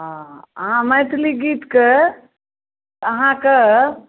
हँ अहाँ मैथिली गीतके अहाँकऽ